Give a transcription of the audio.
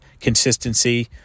consistency